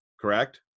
Correct